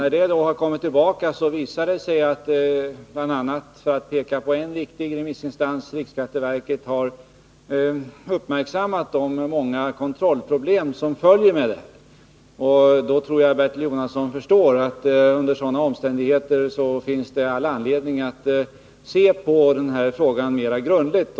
När det kom tillbaka visade det sig att bl.a. riksskatteverket — för att peka på en viktig remissinstans — hade uppmärksammat de många kontrollproblem som förekommer. Jag tror att Bertil Jonasson förstår att det under sådana omständigheter finns all anledning att se på frågan mera grundligt.